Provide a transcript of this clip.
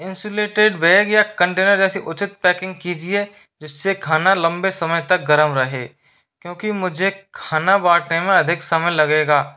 insulated bag या container जैसी उचित पैकिंग कीजिए जिससे खाना लंबे समय तक गरम रहे क्योंकि मुझे खाना बांटने में अधिक समय लगेगा